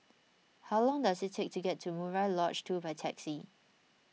how long does it take to get to Murai Lodge two by taxi